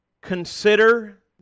consider